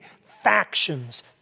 factions